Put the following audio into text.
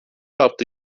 hafta